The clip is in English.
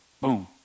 Boom